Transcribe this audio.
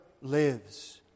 lives